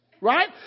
right